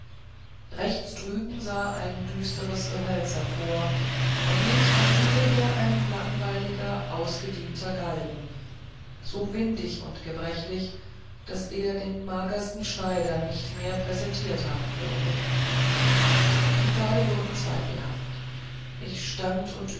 rechts drüben sah ein düsteres gehölz hervor und links vom hügel her ein langweiliger ausgedienter galgen so windig und gebrechlich daß er den magersten schneider nicht mehr prästiert haben würde die pfade wurden zweifelhaft ich stand und